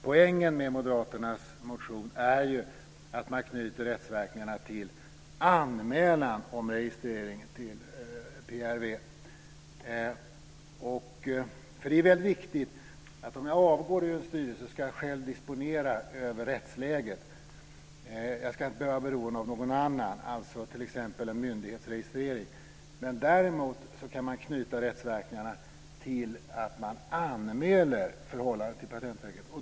Poängen med moderaternas motion är att man knyter rättsverkningarna till anmälan av registrering hos PRV. Om jag avgår ur en styrelse ska jag själv disponera över rättsläget. Jag ska inte behöva att vara beroende av någon annan, t.ex. av en myndighets registrering. Däremot kan man knyta rättsverkningarna till att man anmäler förhållandet till Patentverket.